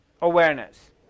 awareness